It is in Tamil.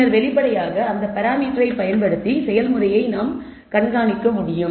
பின்னர் வெளிப்படையாக அந்த பாராமீட்டரை பயன்படுத்தி செயல்முறையை நாம் கண்காணிக்க முடியும்